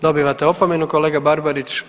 Dobivate opomenu kolega Barbarić.